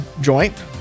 joint